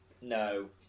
No